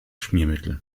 schmiermittel